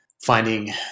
finding